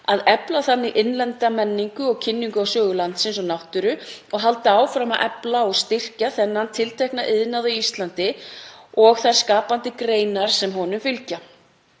að efla þannig innlenda menningu og kynningu á sögu landsins og náttúru og að halda áfram að efla og styrkja þennan tiltekna iðnað á Íslandi og þær skapandi greinar sem honum fylgja.